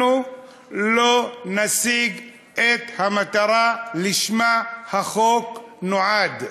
אנחנו לא נשיג את המטרה שלשמה נועד החוק.